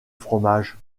fromage